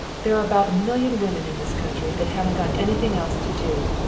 there are about a million women in this country that haven't got anything else to do.